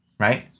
Right